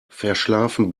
verschlafen